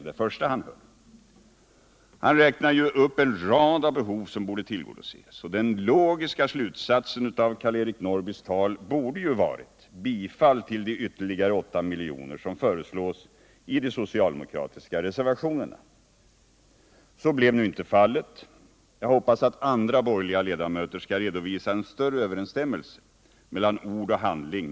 Då räknade han upp en mängd behov som borde tillgodoses, och den logiska slutsatsen av hans tal borde ju ha varit: bifall till de ytterligare 8 milj.kr., som föreslås i de socialdemokratiska reservationerna. Så blev nu inte fallet. Jag hoppas att andra borgerliga ledamöter, när vi går att votera, skall redovisa en större överensstämmelse mellan ord och handling.